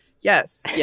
Yes